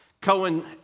Cohen